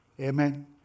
Amen